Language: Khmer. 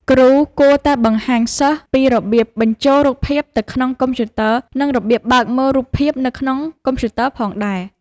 គ្រូគួរតែបង្ហាញសិស្សពីរបៀបបញ្ចូលរូបភាពទៅក្នុងកុំព្យូទ័រ និងរបៀបបើកមើលរូបភាពនៅក្នុងកុំព្យូទ័រផងដែរ។